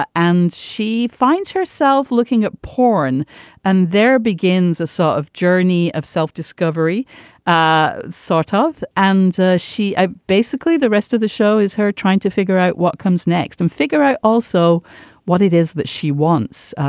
ah and she finds herself herself looking at porn and there begins a sort of journey of self discovery ah sort ah of. and she ah basically the rest of the show is her trying to figure out what comes next and figure out also what it is that she wants.